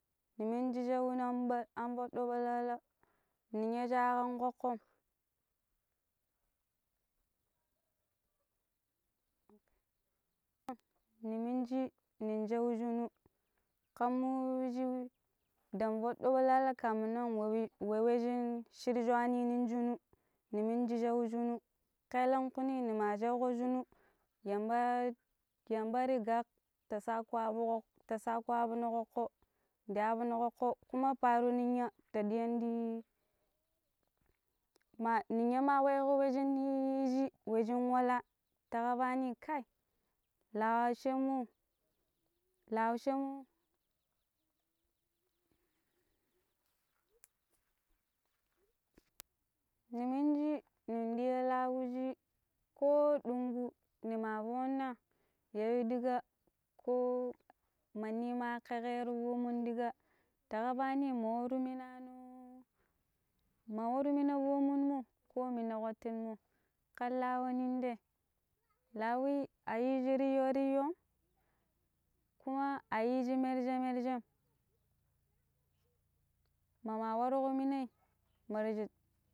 ni minji shauno an ɓe an foɗɗo balla ninya sha kam kokkoom ne minji nen shau shinu kam nin wuji da goɗɗo balala komin nan wa wi we we shin shira shaani nong shin, ne miniji shan shi nu kelankwi ne ma shau ko shi nu yamba yamba ti gak ta sake afk, ta sake afno kokko di afno kokko kuma paaro ninya ta diyan di ma ninya ma we ko we shi ninya yiiji we sjin wala ta kafani kai lacemmo lacemmo ne miniji nen diya lanshi ke dnk ne ma fonna ya yu dika ko ma nin ma ka keero pomun dika ta kafani ma waro mina no ma waro mina wo muna mo wo ko mina kpattin mo kan lau nen de laui a yiishi riiyo riiyon kuma a yi shi merje merjem kuma ma warko mi nai marji